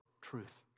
truth